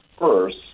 first